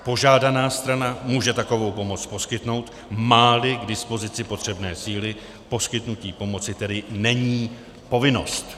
Požádaná strana může takovou pomoc poskytnout, máli k dispozici potřebné síly, poskytnutí pomoci tedy není povinnost.